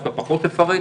דווקא פחות אפרט.